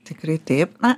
tikrai taip na